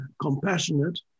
compassionate